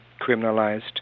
criminalized